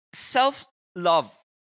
Self-love